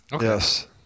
Yes